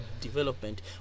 development